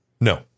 No